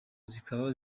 zikaba